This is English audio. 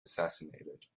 assassinated